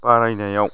बारायनायाव